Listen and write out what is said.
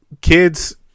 kids